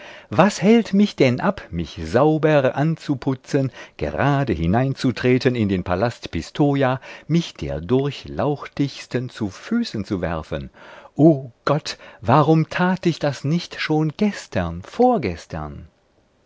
was hält mich denn ab mich sauber anzuputzen gerade hineinzutreten in den palast pistoja mich der durchlauchtigsten zu füßen zu werfen o gott warum tat ich das nicht schon gestern vorgestern